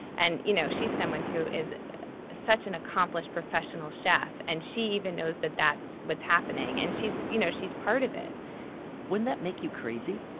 and you know she's someone who is such an accomplished professional chef. and she even knows that's what's happening, and she's you know she's part of it wouldn't that make you crazy?